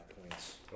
points